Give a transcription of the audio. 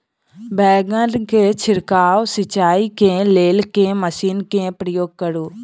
बैंगन केँ छिड़काव सिचाई केँ लेल केँ मशीन केँ प्रयोग करू?